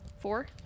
Four